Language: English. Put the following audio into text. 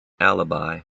alibi